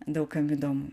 daug kam įdomu